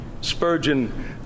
Spurgeon